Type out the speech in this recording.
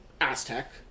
Aztec